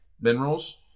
minerals